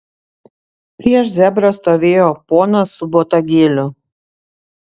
prieš zebrą stovėjo ponas su botagėliu